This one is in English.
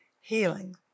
healing